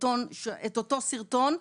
את אותו סרטון.